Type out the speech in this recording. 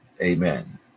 amen